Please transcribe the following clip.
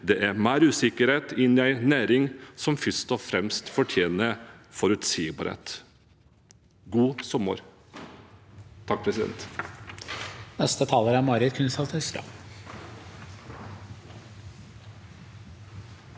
det, er mer usikkerhet inn i en næring som først og fremst fortjener forutsigbarhet. God sommer!